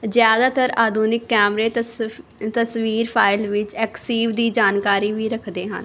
ਜ਼ਿਆਦਾਤਰ ਆਧੁਨਿਕ ਕੈਮਰੇ ਤਸਫ ਤਸਵੀਰ ਫਾਈਲ ਵਿੱਚ ਐੱਕਸੀਫ ਦੀ ਜਾਣਕਾਰੀ ਵੀ ਰੱਖਦੇ ਹਾਂ